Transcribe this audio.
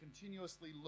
continuously